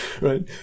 Right